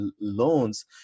loans